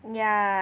yeah